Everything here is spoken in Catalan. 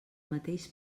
mateix